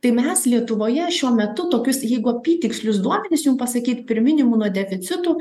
tai mes lietuvoje šiuo metu tokius jeigu apytikslius duomenis jum pasakyt pirminiu imunodeficitu